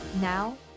Now